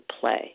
play